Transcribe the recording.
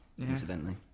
incidentally